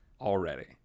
Already